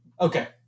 Okay